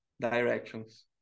directions